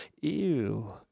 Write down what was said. Ew